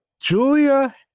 Julia